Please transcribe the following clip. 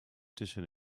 tussen